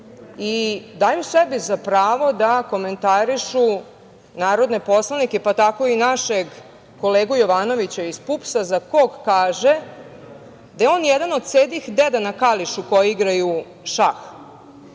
i daju sebi za pravo da komentarišu narodne poslanike, pa tako i našeg kolegu Jovanovića iz PUPS-a za kog kaže da je on jedan od sedih deda na Kališu koji igraju šah,